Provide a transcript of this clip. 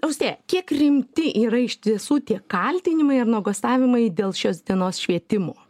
austėja kiek rimti yra iš tiesų tie kaltinimai ar nuogąstavimai dėl šios dienos švietimo